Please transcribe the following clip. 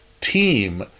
team